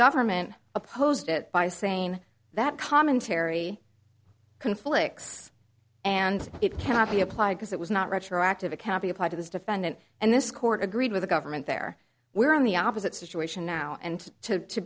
government opposed it by saying that commentary conflicts and it cannot be applied because it was not retroactive accounting applied to this defendant and this court agreed with the government there we're on the opposite situation now and to